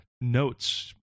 notes